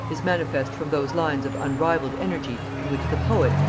is manifest from those lines of unrivalled energy in which the poet,